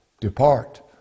depart